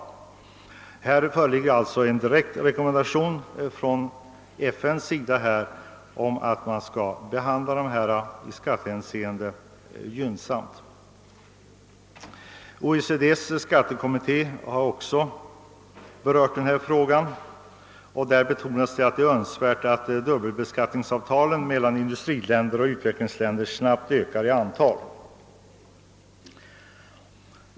Här föreligger alltså en direkt rekommendation från FN:s sida om gynnsam behandling i skattehänseende. OECD:s skattekommitté har också berört denna fråga, varvid det betonats att det är önskvärt att dubbelbeskattningsavtalen mellan industriländer och utvecklingsländer snabbt ökar i antal.